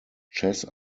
chess